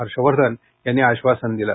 हर्ष वर्धन यांनी आश्वासन दिलं